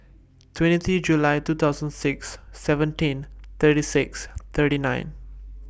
twenty three July two thousand six seventeen thirty six thirty nine